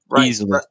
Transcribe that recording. easily